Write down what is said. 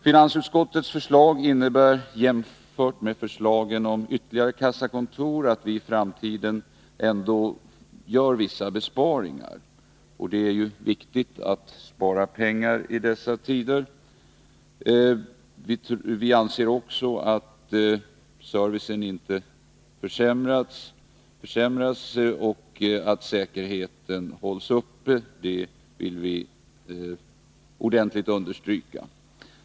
Finansutskottets förslag innebär, jämfört med förslagen om ytterligare kassakontor, att vi i framtiden ändå gör vissa besparingar, och det är ju viktigt att spara pengar i dessa tider. Vi anser också att servicen inte försämras och att säkerheten hålls uppe. Det vill vi ordentligt understryka.